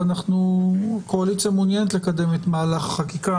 ואנחנו קואליציה המעוניינת לקדם את מהלך החקיקה.